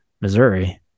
Missouri